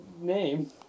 name